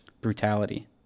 brutality